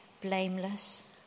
blameless